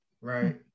right